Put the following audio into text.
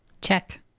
Check